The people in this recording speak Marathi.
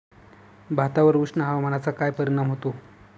भातावर उष्ण हवामानाचा काय परिणाम होतो?